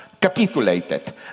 capitulated